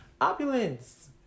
opulence